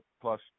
plus